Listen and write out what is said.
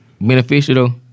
beneficial